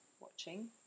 watching